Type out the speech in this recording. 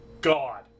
God